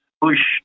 push